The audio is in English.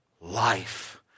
life